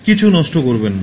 কিছু নষ্ট করবেন না